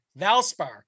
valspar